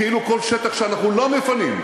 כאילו כל שטח שאנחנו לא מפנים,